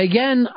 Again